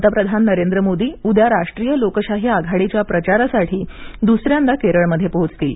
पंतप्रधान नरेंद्र मोदी उद्या राष्ट्रीय लोकशाही आघाडीच्या प्रचारासाठी दुसऱ्यांदा केरळमध्ये पोहोचतील